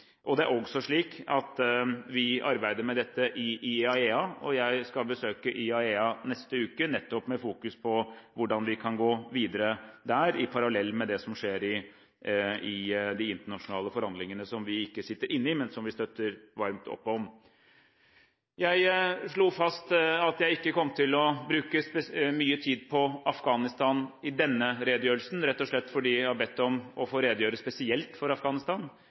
Vi arbeider også med dette i IAEA, og jeg skal besøke IAEA i neste uke nettopp med oppmerksomhet på hvordan vi kan gå videre der parallelt med det som skjer i de internasjonale forhandlingene som vi ikke er med på, men som vi støtter varmt opp om. Jeg slo fast at jeg ikke kom til å bruke mye tid på Afghanistan i denne redegjørelsen, rett og slett fordi jeg har bedt om å få redegjøre spesielt for Afghanistan.